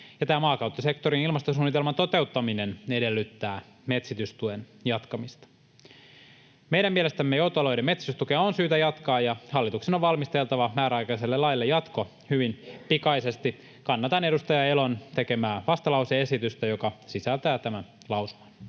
maankäyttösektorin ilmastosuunnitelman toteuttaminen edellyttää metsitystuen jatkamista. Meidän mielestämme joutoalueiden metsitystukea on syytä jatkaa ja hallituksen on valmisteltava määräaikaiselle laille jatko hyvin pikaisesti. Kannatan edustaja Elon tekemää vastalause-esitystä, joka sisältää tämän lausuman.